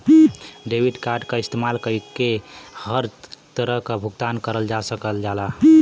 debit card क इस्तेमाल कइके हर तरह क भुगतान करल जा सकल जाला